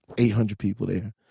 eight hundred people there.